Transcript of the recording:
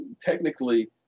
technically